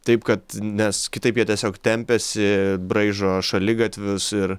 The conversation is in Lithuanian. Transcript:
taip kad nes kitaip jie tiesiog tempiasi braižo šaligatvius ir